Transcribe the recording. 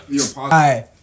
Hi